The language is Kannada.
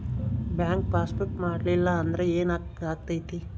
ಬ್ಯಾಂಕ್ ಪಾಸ್ ಬುಕ್ ಮಾಡಲಿಲ್ಲ ಅಂದ್ರೆ ಏನ್ ಆಗ್ತೈತಿ?